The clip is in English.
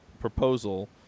proposal